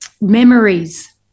memories